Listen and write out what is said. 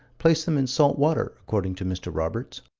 placed them in salt water, according to mr. roberts.